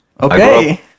Okay